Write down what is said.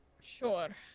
Sure